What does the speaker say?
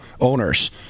owners